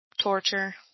Torture